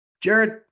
Jared